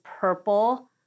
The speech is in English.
purple